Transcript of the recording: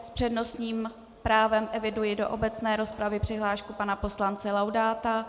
S přednostním právem eviduji do obecné rozpravy přihlášku pana poslance Laudáta.